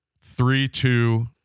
three-two